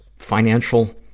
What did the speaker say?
financial,